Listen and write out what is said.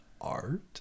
art